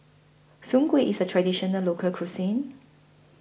Soon Kway IS A Traditional Local Cuisine